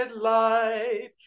light